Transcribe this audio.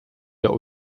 der